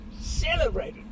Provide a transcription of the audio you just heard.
Celebrated